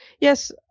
yes